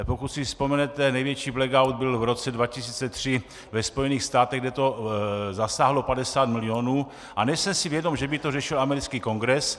Pokud si vzpomenete, největší blackout byl v roce 2003 ve Spojených státech, kde to zasáhlo 50 milionů, a nejsem si vědom, že by to řešil americký Kongres.